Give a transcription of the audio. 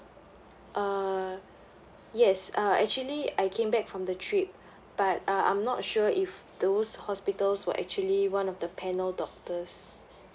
uh yes uh actually I came back from the trip but uh I'm not sure if those hospitals were actually one of the panel doctors